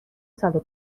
سال